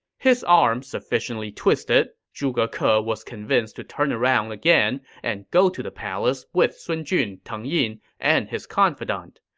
his arm sufficiently twisted, zhuge ke ah was convinced to turn around again and go to the palace with sun jun, teng yin, and his confidant.